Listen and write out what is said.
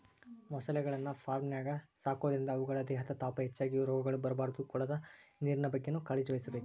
ಮೊಸಳೆಗಳನ್ನ ಫಾರ್ಮ್ನ್ಯಾಗ ಸಾಕೋದ್ರಿಂದ ಅವುಗಳ ದೇಹದ ತಾಪ ಹೆಚ್ಚಾಗಿ ರೋಗಗಳು ಬರ್ಬೋದು ಕೊಳದ ನೇರಿನ ಬಗ್ಗೆನೂ ಕಾಳಜಿವಹಿಸಬೇಕು